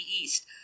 East